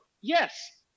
yes